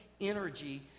energy